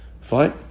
Fine